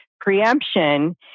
Preemption